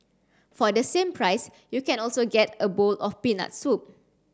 for the same price you can also get a bowl of peanut soup